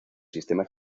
sistema